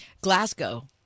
Glasgow